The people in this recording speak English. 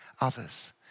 others